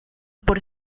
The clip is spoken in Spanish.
por